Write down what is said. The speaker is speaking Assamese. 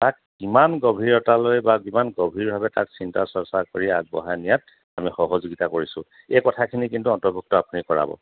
তাক কিমান গভীৰতালৈ বা কিমান গভীৰভাৱে তাক চিন্তা চৰ্চা কৰি আগবঢ়াই নিয়াত আমি সহযোগীতা কৰিছোঁ এই কথাখিনি কিন্তু অন্তৰ্ভুক্ত আপুনি কৰাব